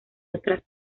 otras